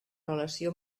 relació